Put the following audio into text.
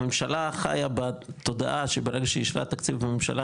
הממשלה חיה בתודעה שברגע שאישרה תקציב בממשלה,